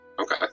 Okay